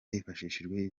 hifashishijwe